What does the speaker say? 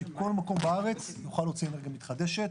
שכל מקום בארץ יוכל להוציא אנרגיה מתחדשת.